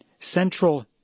central